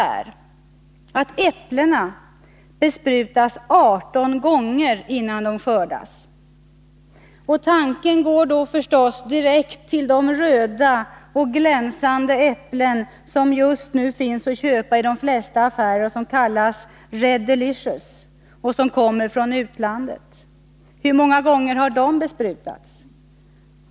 Äpplen besprutas 18 gånger innan de skördas. Tanken går förstås direkt till de röda, glänsande äpplen som just nu finns att köpa i de flesta affärer, som kallas Red Delicious och som kommer från utlandet. Hur många gånger har de besprutats?